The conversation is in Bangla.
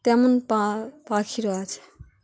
তেমন পা পাখিরও আছে